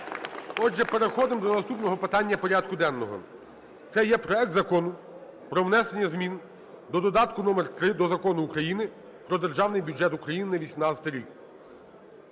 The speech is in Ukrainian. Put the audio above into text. Отже, переходимо до наступного питання порядку денного. Це є проект Закону про внесення змін до додатку № 3 до Закону України "Про Державний бюджет України на 2018 рік"